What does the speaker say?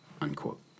unquote